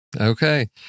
Okay